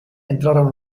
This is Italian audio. entrarono